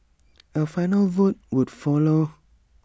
A final vote would follow